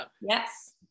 Yes